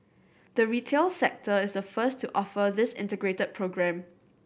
the retail sector is a first to offer this integrated programme